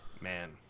Man